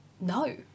no